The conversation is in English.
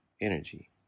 energy